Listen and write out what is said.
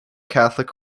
catholic